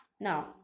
Now